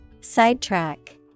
Sidetrack